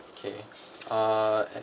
okay uh